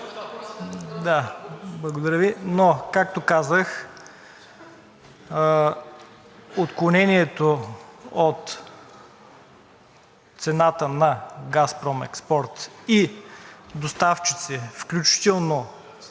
Да, благодаря Ви, но както казах, отклонението от цената на „Газпром Експорт“ и доставчици, включително